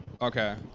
Okay